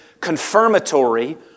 confirmatory